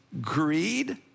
greed